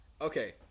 okay